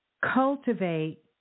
cultivate